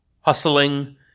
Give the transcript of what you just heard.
hustling